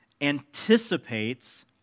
anticipates